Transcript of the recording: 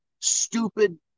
stupid